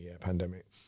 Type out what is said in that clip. pandemic